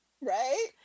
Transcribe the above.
right